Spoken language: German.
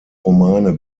romane